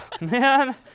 Man